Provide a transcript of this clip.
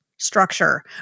structure